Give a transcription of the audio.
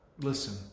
listen